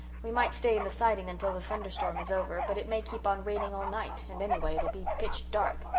we might stay in the siding until the thunderstorm is over but it may keep on raining all night and anyway it will be pitch dark.